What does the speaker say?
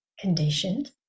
conditioned